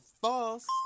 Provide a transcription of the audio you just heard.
False